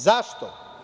Zašto?